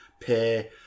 pay